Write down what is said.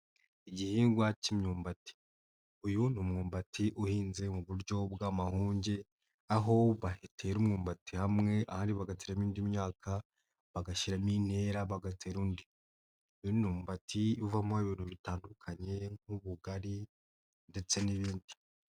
Igihingwa cy'imyumbati. Uyu ni umwumbati uhinze mu buryo bw'amahunge aho batera umwumbati hamwe ahandi bagateramo indi myaka, bagashyiramo intera bagatera undimbati uvamo ibintu bitandukanye nk'ubugari ndetse n'ibindi.